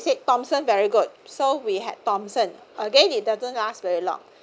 said thomson very good so we had thomson again it doesn't last very long